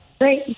Great